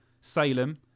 salem